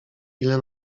ile